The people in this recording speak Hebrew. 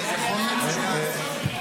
זה חוק מצוין.